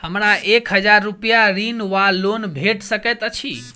हमरा एक हजार रूपया ऋण वा लोन भेट सकैत अछि?